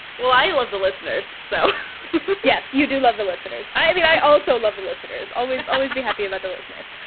well, i love the listeners. so yes, you do love the listeners. i mean, i also love the listeners. always, always be happy about the listeners.